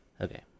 Okay